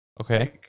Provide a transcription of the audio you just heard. Okay